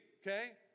Okay